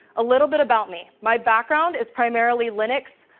a little bit about me, my background is primarily lenux,